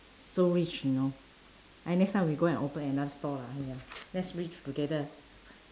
so rich you know I next time we go and open another store lah yeah let's rich together